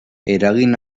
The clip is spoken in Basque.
eragin